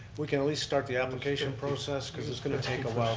we can at least start the application process, cause it's going to take awhile